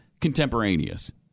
contemporaneous